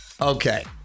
Okay